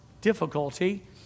difficulty